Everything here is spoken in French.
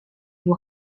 vous